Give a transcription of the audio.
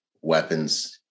weapons